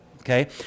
okay